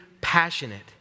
passionate